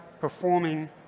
performing